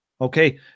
Okay